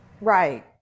right